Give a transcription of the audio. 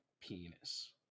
penis